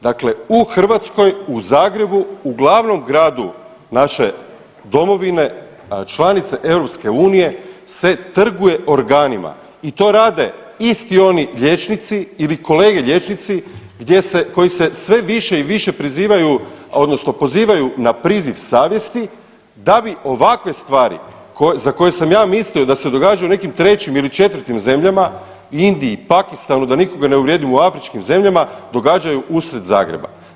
Dakle, u Hrvatskoj u Zagrebu, u glavnom gradu naše domovine članice EU se trguje organima i to rade isti oni liječnici ili kolege liječnici gdje se, koji se sve više i više prizivaju odnosno pozivaju na priziv savjesti da bi ovakve stvari za koje sam ja mislio da se događaju u nekim trećim ili četvrtim zemljama Indiji, Pakistanu da nikoga ne uvrijedim u afričkim zemljama događaju usred Zagreba.